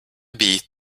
beat